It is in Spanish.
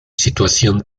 situación